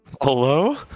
Hello